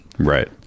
Right